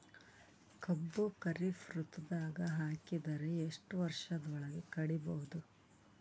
ಕಬ್ಬು ಖರೀಫ್ ಋತುದಾಗ ಹಾಕಿದರ ಎಷ್ಟ ವರ್ಷದ ಒಳಗ ಕಡಿಬಹುದು?